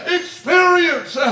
experience